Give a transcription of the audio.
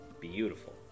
Beautiful